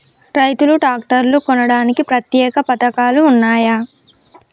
రైతులు ట్రాక్టర్లు కొనడానికి ప్రత్యేక పథకాలు ఉన్నయా?